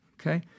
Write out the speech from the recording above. okay